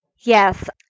Yes